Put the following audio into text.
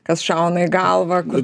kas šauna į galvą kur